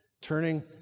turning